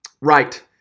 Right